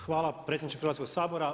Hvala predsjedniče Hrvatskog sabora.